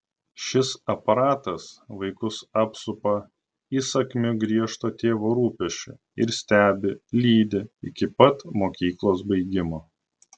šis aparatas vaikus apsupa įsakmiu griežto tėvo rūpesčiu ir stebi lydi iki pat mokyklos baigimo